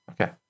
Okay